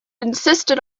insisted